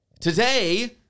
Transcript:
today